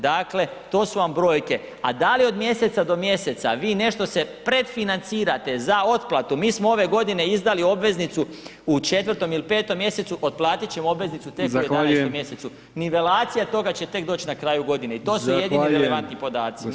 Dakle, to su vam brojke, a da li od mjeseca do mjeseca, vi nešto se predfinancirate za otplatu, mi smo ove godine izdali obveznicu u 4. ili 5. mjesecu, otplatit ćemo obveznicu tek u 11 mjesecu [[Upadica: Zahvaljujem.]] Nivelacija toga će tek doći na kraju godine i to su jedini relevantni [[Upadica: Zahvaljujem.]] podaci.